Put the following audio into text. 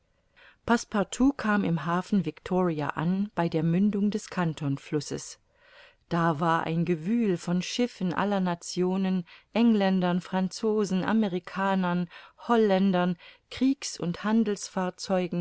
passepartout kam im hafen victoria an bei der mündung des cantonflusses da war ein gewühl von schiffen aller nationen engländern franzosen amerikanern holländern kriegs und